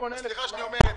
בסדר.